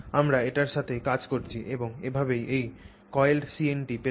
আমরা এটির সাথেই কাজ করছি এবং এভাবেই এই কয়েলড CNT পেতে পার